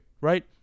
right